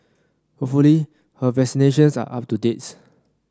hopefully her vaccinations are up to dates